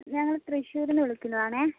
ഞങ്ങൾ തൃശ്ശൂരിൽ നിന്ന് വിളിക്കുന്നതാണെ